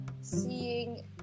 Seeing